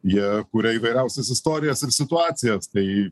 jie kuria įvairiausias istorijas ir situacijas tai